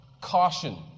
caution